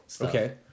Okay